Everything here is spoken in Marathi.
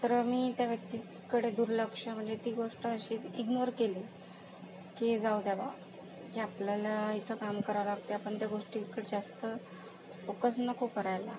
तर मी त्या व्यक्तीचकडे दुर्लक्ष म्हणजे ती गोष्ट अशीच इग्नोर केलं की जाऊ द्या बुवा की आपल्याला इथं काम करावं लागत आहे आपण त्या गोष्टीकडं जास्त फोकस नको करायला